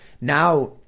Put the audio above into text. Now